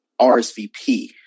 RSVP